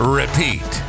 repeat